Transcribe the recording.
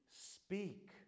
speak